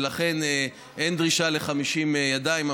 ולכן אין דרישה ל-50 ידיים.